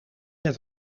het